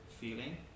feeling